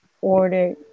order